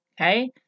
Okay